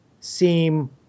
seem